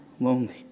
lonely